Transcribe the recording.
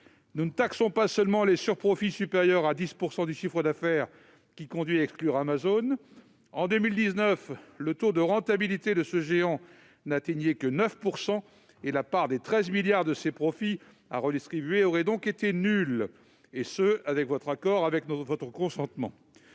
Nous ne taxons pas seulement les surprofits supérieurs à 10 % du chiffre d'affaires, ce qui conduit à exclure Amazon : en 2019, le taux de rentabilité de ce géant n'atteignait que 9 %, et la part des 13 milliards d'euros de ses profits à redistribuer aurait donc été nulle - et ce, avec votre consentement